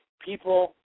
people